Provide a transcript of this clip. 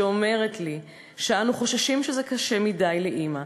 שאומרת לי ש'אנו חוששים שזה קשה מדי לאימא',